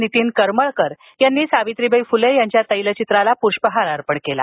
नितीन करमळकर यांनी सावित्रीबाई फुलेयांच्या तैलचित्रास पृष्पहार अर्पण केला